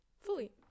Fully